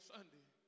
Sunday